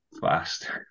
fast